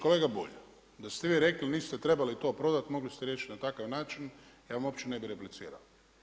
Kolega Bulj, da ste vi rekli niste trebali to prodati mogli ste riješiti na takav način, ja vam uopće ne bi replicirao.